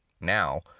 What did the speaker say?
now